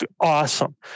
Awesome